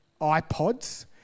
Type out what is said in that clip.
ipods